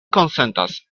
konsentas